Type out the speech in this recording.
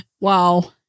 Wow